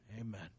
Amen